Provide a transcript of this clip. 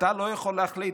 אתה לא יכול להחליט,